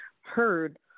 heard